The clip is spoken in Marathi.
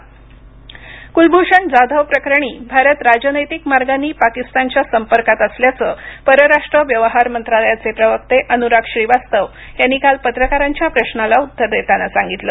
कुलभूषण कुलभूषण जाधव प्रकरणी भारत राजनैतिक मार्गांनी पाकिस्तानच्या संपर्कात असल्याचं परराष्ट्र व्यवहार मंत्रालयाचे प्रवक्ते अनुराग श्रीवास्तव यांनी काल पत्रकारांच्या प्रशाला उत्तर देताना सांगितलं